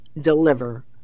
deliver